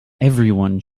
everyone